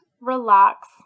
relax